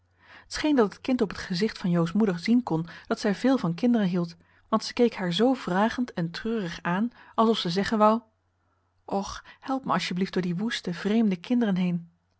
scheen dat het kind op het gezicht van jo's moeder zien kon dat zij veel van kinderen hield want ze keek haar zoo vragend en treurig aan alsof ze zeggen wou och help me asjeblieft door die woeste vreemde kinderen heen